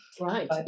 Right